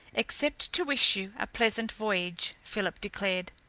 except to wish you a pleasant voyage, philip declared.